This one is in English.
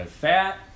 Fat